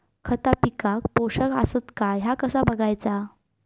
खता पिकाक पोषक आसत काय ह्या कसा बगायचा?